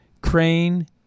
Crane